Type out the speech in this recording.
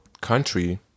country